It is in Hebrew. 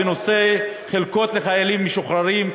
בנושא חלקות לחיילים משוחררים,